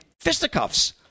fisticuffs